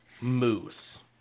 moose